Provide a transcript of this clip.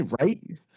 right